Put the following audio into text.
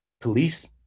police